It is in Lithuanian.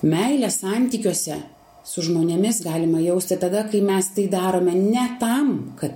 meilės santykiuose su žmonėmis galima jausti tada kai mes tai darome ne tam kad